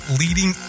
leading